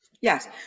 Yes